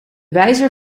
wijzer